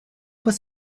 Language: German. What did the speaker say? muss